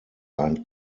ein